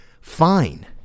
Fine